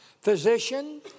Physician